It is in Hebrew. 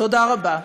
תודה רבה.